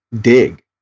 dig